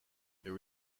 there